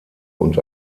und